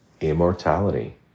immortality